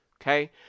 Okay